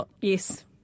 yes